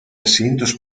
asientos